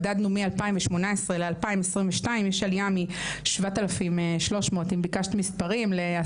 מדדנו מ-2018 ל- 2022 יש עלייה מ-7,300 לעשרת